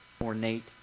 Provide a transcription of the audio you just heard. ornate